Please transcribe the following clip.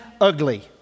ugly